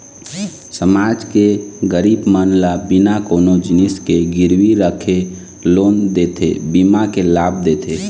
समाज के गरीब मन ल बिना कोनो जिनिस के गिरवी रखे लोन देथे, बीमा के लाभ देथे